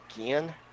again